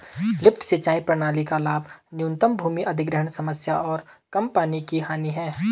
lift सिंचाई प्रणाली का लाभ न्यूनतम भूमि अधिग्रहण समस्या और कम पानी की हानि है